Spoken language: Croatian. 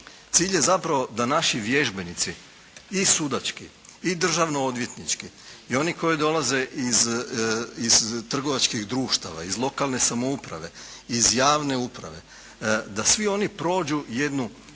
Cilj je zapravo da naši vježbenici i sudački i državnoodvjetnički i oni koji dolaze iz trgovačkih društava, iz lokalne samouprave, iz javne uprave da svi oni prođu jednu